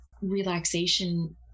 relaxation